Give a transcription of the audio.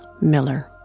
Miller